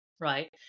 Right